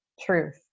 truth